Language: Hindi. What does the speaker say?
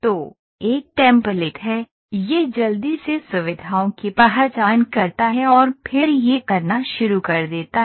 तो एक टेम्पलेट है यह जल्दी से सुविधाओं की पहचान करता है और फिर यह करना शुरू कर देता है